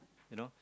you know